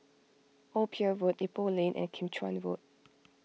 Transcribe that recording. Old Pier Road Ipoh Lane and Kim Chuan Road